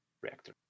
reactor